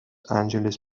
angeles